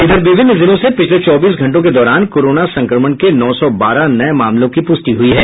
इधर विभिन्न जिलों से पिछले चौबीस घंटों के दौरान कोरोना संक्रमण के नौ सौ बारह नये मामलों की पुष्टि हुई है